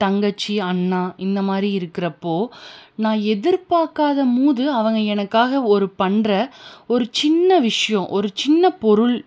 தங்கச்சி அண்ணா இந்த மாதிரி இருக்கிறப்போ நான் எதிர்பாக்காத போது அவங்க எனக்காக ஒரு பண்ணுற ஒரு சின்ன விஷயம் ஒரு சின்ன பொருள்